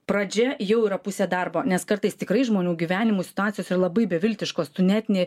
pradžia jau yra pusė darbo nes kartais tikrai žmonių gyvenimų situacijos yra labai beviltiškos tu net nė